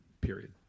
period